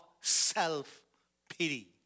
self-pity